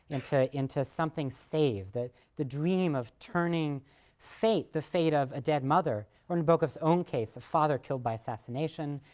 into into something saved, the the dream of turning fate, the fate of a dead mother or, in nabokov's own case, a father killed by assassination,